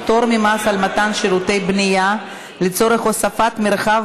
פטור ממס על מתן שירותי בנייה לצורך הוספת מרחב